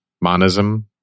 monism